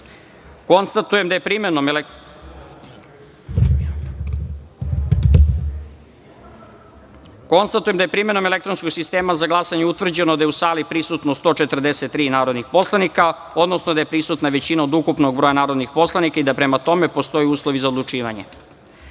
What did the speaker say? jedinice. Konstatujem da je primenom elektronskog sistema za glasanje utvrđeno da su u sali prisutna 143 narodna poslanika, odnosno da je prisutna većina od ukupnog broja narodnih poslanika i da, prema tome, postoje uslovi za odlučivanje. Prelazimo